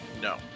No